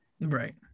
Right